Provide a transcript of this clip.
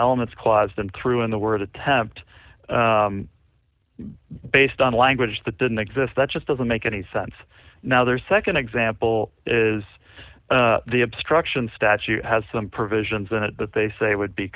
elements clause them through in the word attempt based on language that didn't exist that just doesn't make any sense now their nd example is the obstruction statute has some provisions in it that they say would be